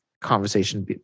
conversation